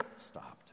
stopped